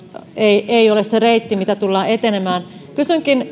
ei ei ole se reitti mitä tullaan etenemään kysynkin